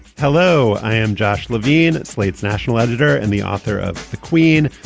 hello, i am josh levine, slate's national editor and the author of the queen.